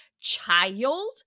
child